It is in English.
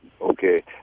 Okay